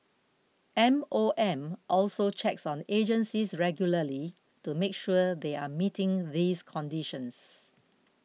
M O M also checks on agencies regularly to make sure they are meeting these conditions